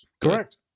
correct